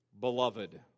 beloved